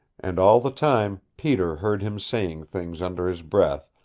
and all the time peter heard him saying things under his breath,